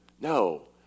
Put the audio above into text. No